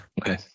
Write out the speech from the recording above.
okay